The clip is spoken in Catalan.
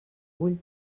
vull